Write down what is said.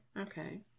okay